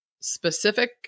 specific